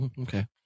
Okay